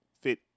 fit